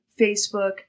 Facebook